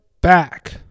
back